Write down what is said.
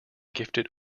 gifted